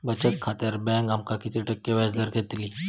बचत खात्यार बँक आमका किती टक्के व्याजदर देतली?